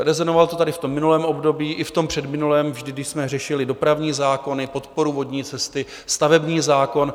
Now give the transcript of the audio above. Rezonovalo to tady v tom minulém období i v tom předminulém vždy, když jsme řešili dopravní zákony, podporu vodní cesty, stavební zákon.